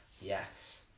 Yes